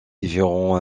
différents